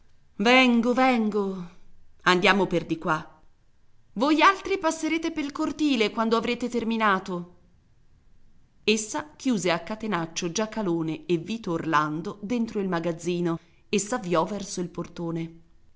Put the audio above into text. vengo vengo andiamo per di qua voialtri passerete pel cortile quando avrete terminato essa chiuse a catenaccio giacalone e vito orlando dentro il magazzino e s'avviò verso il portone